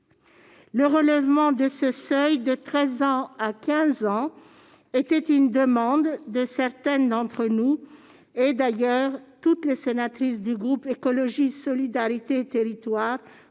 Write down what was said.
Le relèvement de ce seuil de 13 ans à 15 ans était une demande de certaines d'entre nous. D'ailleurs, toutes les sénatrices du groupe Écologiste - Solidarité et Territoires,